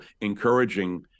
encouraging